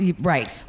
Right